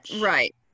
right